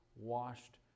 washed